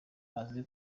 aze